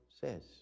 says